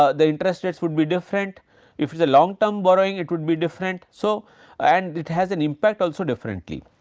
ah the interest rates would be different if is a long term borrowing, it would be different so and it has an impact also differently.